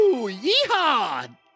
Yeehaw